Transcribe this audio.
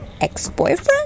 ex-boyfriend